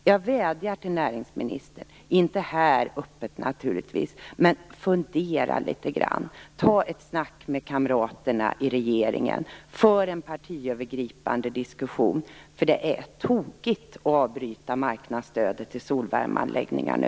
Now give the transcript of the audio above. Jag vädjar till näringsministern - dock inte här, naturligtvis - att fundera litet grand. Ta ett snack med kamraterna i regeringen och för en partiövergripande diskussion, för det är tokigt att avbryta marknadsstödet till solvärmeanläggningar nu.